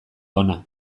ona